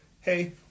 Hey